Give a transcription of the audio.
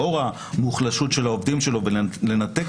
לאור המוחלשות של העובדים שלו ולנתק